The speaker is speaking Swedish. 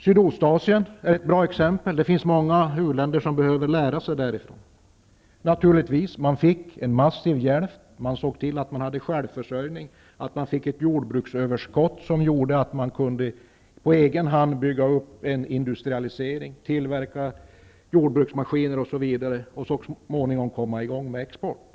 Sydostasien är ett bra exempel. Många u-länder kan lära sig av Sydostasien. Man fick en massiv hjälp förstås, man såg till att man hade självförsörjning, att det blev jordbruksöverskott som gjorde att man på egen hand kunde industrialisera och tillverka jordbruksmaskiner m.m. för att så småningom få i gång en export.